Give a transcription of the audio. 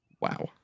Wow